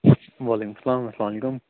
وعلیکُم سلام اَسلامُ علیکُم